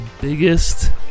biggest